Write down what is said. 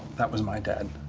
that was my dad.